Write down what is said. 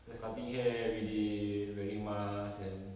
just cutting hair everyday wearing mask and